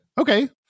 Okay